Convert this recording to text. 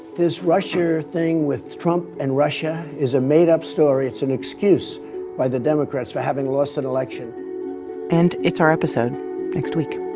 this russia thing with trump and russia is a made-up story. it's an excuse by the democrats for having lost an election and it's our episode next week